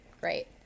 Great